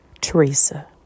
Teresa